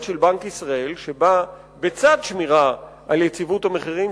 של בנק מרכזי שבה בצד שמירה על יציבות המחירים,